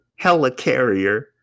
helicarrier